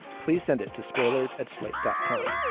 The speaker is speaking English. please send it to spoilers at slate dot com.